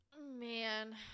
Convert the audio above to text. Man